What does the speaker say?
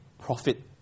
profit